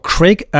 Craig